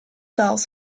bells